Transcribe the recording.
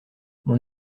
mon